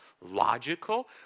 logical